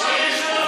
סיום הסכסוך,